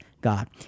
God